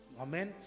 Amen